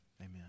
amen